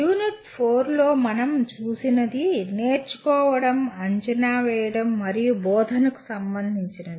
unit 4 లో మనం చూసినది "నేర్చుకోవడం" "అంచనా వేయడం" మరియు "బోధన" కు సంబంధించినది